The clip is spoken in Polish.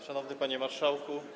Szanowny Panie Marszałku!